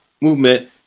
movement